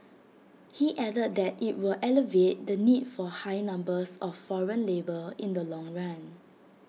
he added that IT will alleviate the need for high numbers of foreign labour in the long run